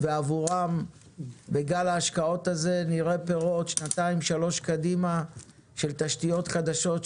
ועבורם בגל ההשקעות הזה נראה פירות שנתיים-שלוש קדימה של תשתיות חדשות,